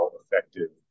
effective